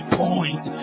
point